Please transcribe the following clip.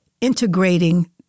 integrating